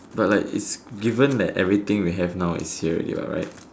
but like if given that everything we have now is here already what right